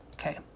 Okay